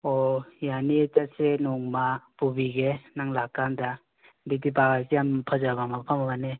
ꯑꯣ ꯌꯥꯅꯤꯌꯦ ꯆꯠꯁꯦ ꯅꯣꯡꯃ ꯄꯨꯕꯤꯒꯦ ꯅꯪ ꯂꯥꯛꯀꯥꯟꯗ ꯕꯤ ꯇꯤ ꯄꯥꯛꯁꯦ ꯌꯥꯝ ꯐꯖꯕ ꯃꯐꯝ ꯑꯃꯅꯦ